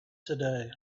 today